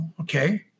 okay